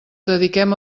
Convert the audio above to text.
dediquem